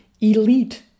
elite